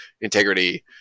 integrity